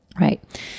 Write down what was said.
Right